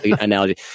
analogy